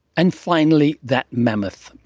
and finally that mammoth.